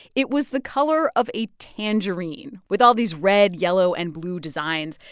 it was the color of a tangerine with all these red, yellow and blue designs,